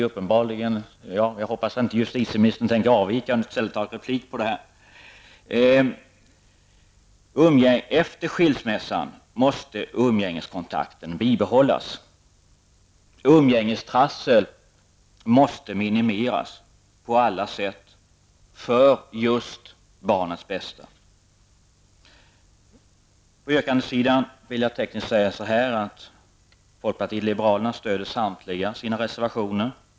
Umgängeskontakten måste bibehållas och umgängestrassel måste på alla sätt minimeras just för barnens bästa. Folkpartiet liberalerna stöder samtliga sina reservationer.